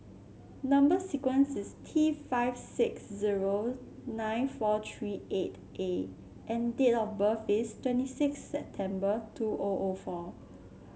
number sequence is T five six zero nine four three eight A and date of birth is twenty six September two O O four